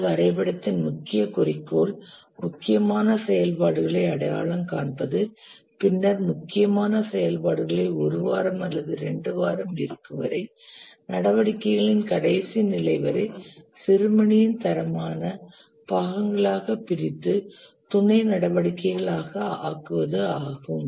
இந்த வரைபடத்தின் முக்கிய குறிக்கோள் முக்கியமான செயல்பாடுகளை அடையாளம் காண்பது பின்னர் முக்கியமான செயல்பாடுகளை ஒரு வாரம் அல்லது இரண்டு வாரம் இருக்கும் வரை நடவடிக்கைகளின் கடைசி நிலை வரை சிறுமணியின் தரமான பாகங்களாகப் பிரித்து துணை நடவடிக்கைகளாக ஆக்குவது ஆகும்